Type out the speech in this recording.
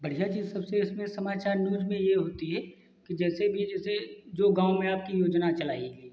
बढ़िया चीज़ सबसे इसमें समाचार न्यूज में यह होती है कि जैसे भी जैसे जो गाँव में आपकी योजना चलाई गई